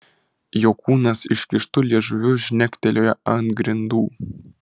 jo kūnas iškištu liežuviu žnektelėjo ant grindų